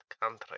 country